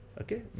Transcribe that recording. Okay